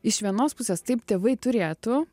iš vienos pusės taip tėvai turėtų